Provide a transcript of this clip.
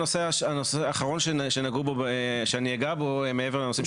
הנושא האחרון שאני אגע בו מעבר לנושאים